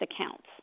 accounts